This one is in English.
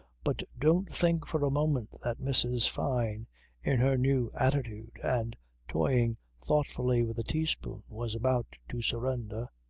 but don't think for a moment that mrs. fyne in her new attitude and toying thoughtfully with a teaspoon was about to surrender.